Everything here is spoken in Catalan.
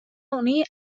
unir